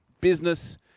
business